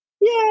Yay